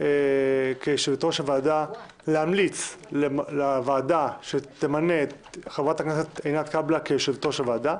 כיושבת-ראש הוועדה את חברת הכנסת עינב קאבלה,